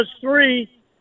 three